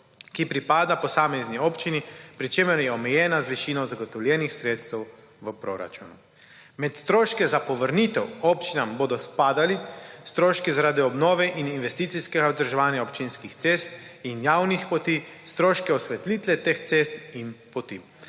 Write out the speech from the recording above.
ki pripada posamezni občini, pri čemer je omejena z višino zagotovljenih sredstev v proračunu. Med stroške za povrnitev občinam bodo spadali stroški zaradi obnove in investicijskega vzdrževanja občinskih cest in javnih poti, stroški osvetlitve teh cest in poti.